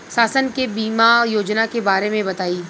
शासन के बीमा योजना के बारे में बताईं?